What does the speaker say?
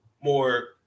more